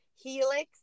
Helix